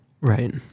Right